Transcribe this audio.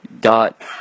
Dot